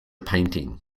painting